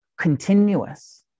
continuous